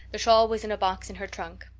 the shawl was in a box in her trunk.